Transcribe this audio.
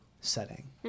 setting